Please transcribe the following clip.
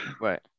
right